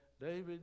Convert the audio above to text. David